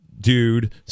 dude